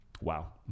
wow